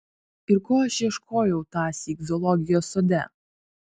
ir ko aš ieškojau tąsyk zoologijos sode